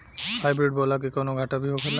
Hybrid बोला के कौनो घाटा भी होखेला?